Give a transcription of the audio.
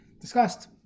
discussed